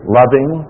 loving